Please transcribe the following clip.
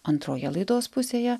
antroje laidos pusėje